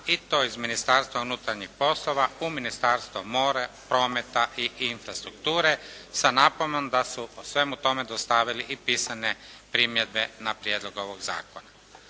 i to iz Ministarstva unutarnjih poslova u Ministarstvo mora, prometa i infrastrukture sa napomenom da su o svemu tome dostavili i pisane primjedbe na prijedlog ovog zakona.